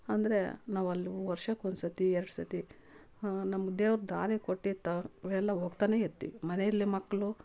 ಅಂದರೆ ನಾವು ಅಲ್ಲಿ ವರ್ಷಕ್ಕೊಂದ್ಸತಿ ಎರಡು ಸತಿ ನಮ್ಗೆ ದೇವ್ರು ದಾರಿ ಕೊಟ್ಟಿರ್ತೆ ಎಲ್ಲ ಹೋಗ್ತಾನೆ ಇರ್ತೀವಿ ಮನೇಯಲ್ಲಿ ಮಕ್ಕಳು